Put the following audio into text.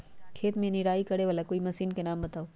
खेत मे निराई करे वाला कोई मशीन के नाम बताऊ?